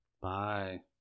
Bye